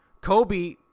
Kobe